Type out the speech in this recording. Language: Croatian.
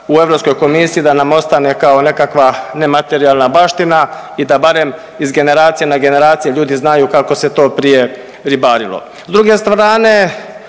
u Europskoj komisiji da nam ostane kao nekakva nematerijalna baština i da barem iz generacije na generacije ljudi znaju kako se to prije ribarilo.